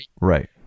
Right